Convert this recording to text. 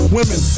Women